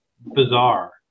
bizarre